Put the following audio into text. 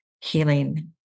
healing